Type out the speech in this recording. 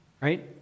right